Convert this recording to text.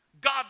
God